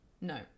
no